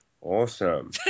Awesome